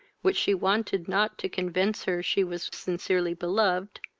which she wanted not to convince her she was sincerely beloved,